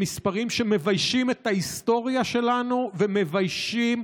הם מספרים שמביישים את ההיסטוריה שלנו ומביישים